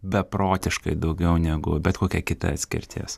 beprotiškai daugiau negu bet kokia kita atskirtis